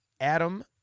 Adam